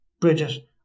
Bridget